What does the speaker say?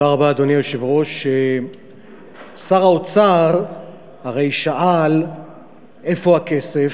אדוני היושב-ראש, שר האוצר הרי שאל איפה הכסף,